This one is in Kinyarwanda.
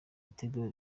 ibitego